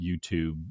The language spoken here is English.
YouTube